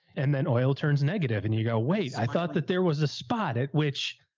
and then oil turns negative and you go, wait, i thought that there was a spot at which.